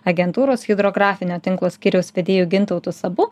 agentūros hidrografinio tinklo skyriaus vedėju gintautu sabu